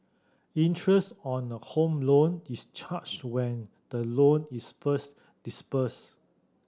interest on a Home Loan is charged when the loan is first disbursed